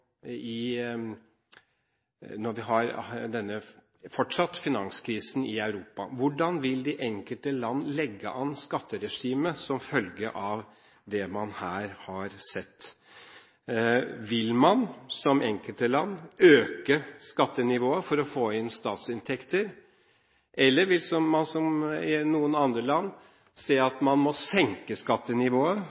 vi fortsatt har denne finanskrisen i Europa. Hvordan vil de enkelte land legge an skatteregimet som følge av det man her har sett? Vil man, som i enkelte land, øke skattenivået for å få inn statsinntekter, eller vil man, som i noen andre land, se at man må senke skattenivået